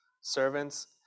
servants